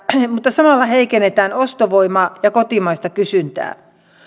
mutta samalla heikennetään ostovoimaa ja kotimaista kysyntää